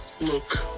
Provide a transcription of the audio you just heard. Look